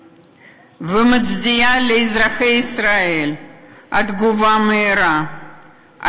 ומצדיעה לאזרחי ישראל על התגובה המהירה,